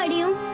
ah you